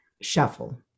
Shuffle